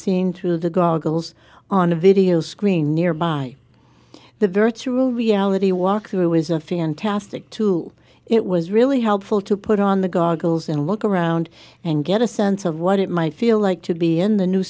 seen through the goggles on a video screen nearby the virtual reality walk through it was a fantastic two it was really helpful to put on the goggles and look around and get a sense of what it might feel like to be in the new